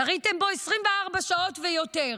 יריתם בו 24 שעות ויותר.